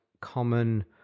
common